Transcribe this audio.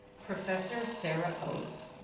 professor sarah oates.